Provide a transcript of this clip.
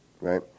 right